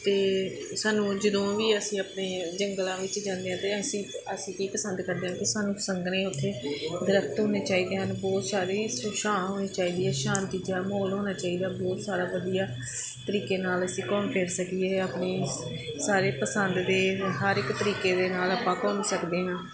ਅਤੇ ਸਾਨੂੰ ਜਦੋਂ ਵੀ ਅਸੀਂ ਆਪਣੇ ਜੰਗਲਾਂ ਵਿੱਚ ਜਾਂਦੇ ਹਾਂ ਅਤੇ ਅਸੀਂ ਅਸੀਂ ਕੀ ਪਸੰਦ ਕਰਦੇ ਹਾਂ ਕਿ ਸਾਨੂੰ ਸੰਘਣੇ ਉੱਥੇ ਦਰਖਤ ਹੋਣੇ ਚਾਹੀਦੇ ਹਨ ਬਹੁਤ ਸਾਰੀ ਛਾਂ ਹੋਣੀ ਚਾਹੀਦੀ ਹੈ ਸ਼ਾਂਤੀ ਜਿਹਾ ਮਾਹੌਲ ਹੋਣਾ ਚਾਹੀਦਾ ਬਹੁਤ ਸਾਰਾ ਵਧੀਆ ਤਰੀਕੇ ਨਾਲ ਅਸੀਂ ਘੁੰਮ ਫਿਰ ਸਕੀਏ ਆਪਣੇ ਸਾਰੇ ਪਸੰਦ ਦੇ ਹਰ ਇੱਕ ਤਰੀਕੇ ਦੇ ਨਾਲ ਆਪਾਂ ਘੁੰਮ ਸਕਦੇ ਹਾਂ